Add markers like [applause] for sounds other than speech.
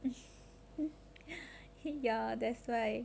[noise] [laughs] ya that's why